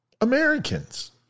Americans